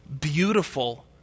beautiful